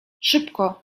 szybko